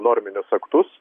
norminius aktus